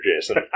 Jason